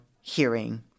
hearing